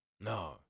no